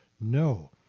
No